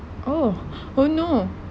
oh oh no